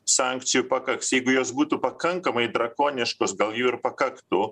sankcijų pakaks jeigu jos būtų pakankamai drakoniškos gal jų ir pakaktų